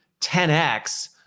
10x